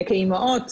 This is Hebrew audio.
כאמהות?